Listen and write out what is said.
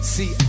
See